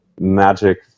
magic